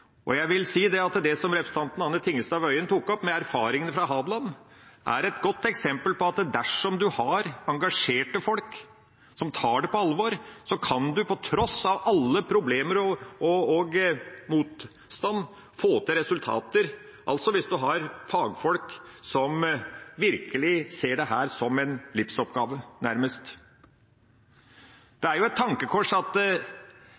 et godt eksempel på at dersom man har engasjerte folk, som tar det på alvor, kan man på tross av alle problemer og all motstand få til resultater – hvis man har fagfolk som nærmest ser det som en livsoppgave. Det er et tankekors at